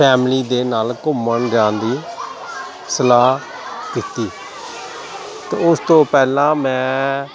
family ਦੇ ਨਾਲ ਘੁੰਮਣ ਜਾਣ ਦੀ ਸਲਾਹ ਕੀਤੀ ਤਾਂ ਉਸ ਤੋਂ ਪਹਿਲਾਂ ਮੈਂ